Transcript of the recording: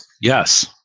Yes